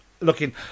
looking